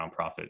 nonprofit